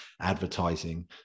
advertising